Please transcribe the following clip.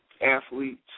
athletes